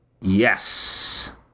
Yes